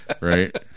Right